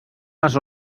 les